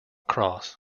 cross